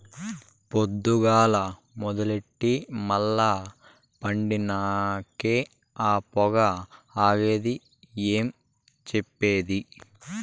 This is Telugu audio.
పొద్దుగాల మొదలెట్టి మల్ల పండినంకే ఆ పొగ ఆగేది ఏం చెప్పేది